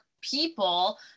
people